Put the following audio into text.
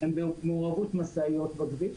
הן במעורבות משאיות בכביש.